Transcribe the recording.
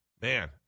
Man